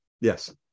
Yes